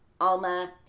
Alma